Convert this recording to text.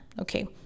okay